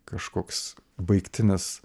kažkoks baigtinis